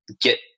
get